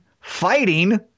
fighting